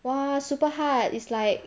!wah! super hard it's like